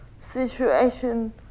situation